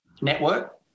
network